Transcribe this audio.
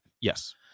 Yes